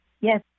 Yes